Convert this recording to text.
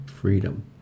freedom